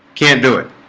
can't do it